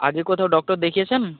আগে কোথাও ডক্টর দেখিয়েছেন